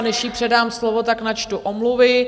A než jí předám slovo, tak načtu omluvy.